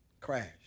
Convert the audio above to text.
crashed